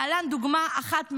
להלן דוגמה אחת מהיום,